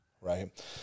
right